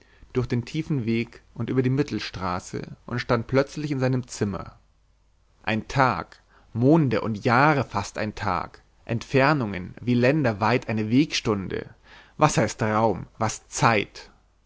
durch den tiefen weg und über die mittelstraße und stand plötzlich in seinem zimmer ein tag monde und jahre faßt ein tag entfernungen wie länder weit eine wegstunde was heißt raum was zeit